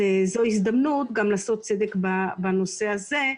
זו הזדמנות לעשות צדק גם בנושא הזה.